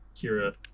Kira